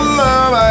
love